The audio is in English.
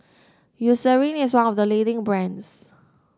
Eucerin is one of the leading brands